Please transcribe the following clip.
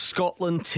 Scotland